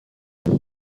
کلوپ